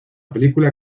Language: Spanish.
película